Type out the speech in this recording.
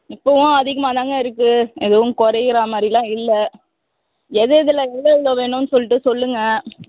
இப்போவும் அதிகமாகதாங்க இருக்கு எதுவும் குறையறா மாதிரிலாம் இல்லை எதெதுல எவ்வளோ எவ்வளோ வேணுன்னு சொல்லிட்டு சொல்லுங்கள்